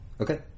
Okay